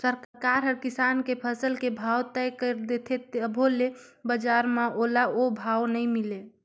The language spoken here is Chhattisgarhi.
सरकार हर किसान के फसल के भाव तय कर देथे तभो ले बजार म ओला ओ भाव नइ मिले